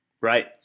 Right